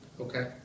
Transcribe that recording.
Okay